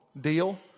deal